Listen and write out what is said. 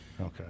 Okay